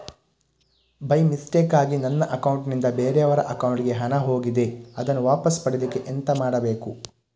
By ಮಿಸ್ಟೇಕಾಗಿ ನನ್ನ account ನಿಂದ ಬೇರೆಯವರ ಅಕೌಂಟ್ ಗೆ ಹಣ ಹೋಗಿದೆ ಅದನ್ನು ವಾಪಸ್ ಪಡಿಲಿಕ್ಕೆ ಎಂತ ಮಾಡಬೇಕು?